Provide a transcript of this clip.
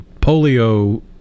polio